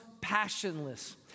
Passionless